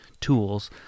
tools